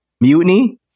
Mutiny